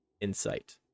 Insight